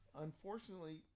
unfortunately